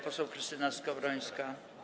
Poseł Krystyna Skowrońska.